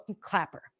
clapper